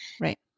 Right